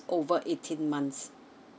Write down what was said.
over eighteen months